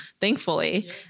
thankfully